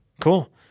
Cool